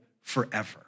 forever